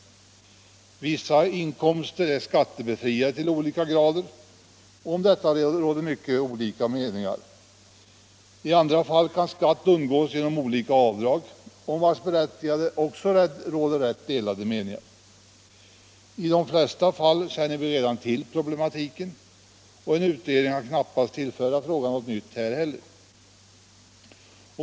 Vissa inkomster är skattebefriade till olika grader, och om detta råder mycket skilda meningar. I andra fall kan skatt undgås genom olika avdrag, om vilkas berättigande det också råder rätt delade meningar. Vi känner i de flesta fall redan till problematiken, och en utredning kan knappast tillföra frågan något nytt här heller.